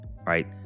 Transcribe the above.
right